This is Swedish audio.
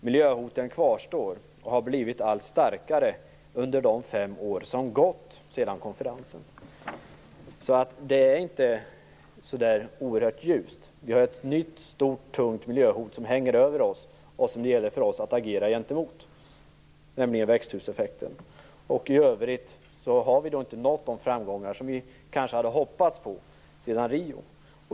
Miljöhoten kvarstår och har blivit allt starkare under de fem år som gått sedan konferensen. Det är alltså inte så oerhört ljust. Vi har ett nytt stort miljöhot som hänger över oss och som det gäller för oss att agera mot, nämligen växthuseffekten. I övrigt har vi inte nått de framgångar som vi kanske hade hoppats på sedan Rio.